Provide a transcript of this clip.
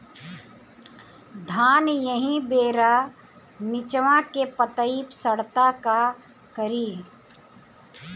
धान एही बेरा निचवा के पतयी सड़ता का करी?